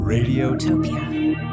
Radiotopia